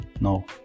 no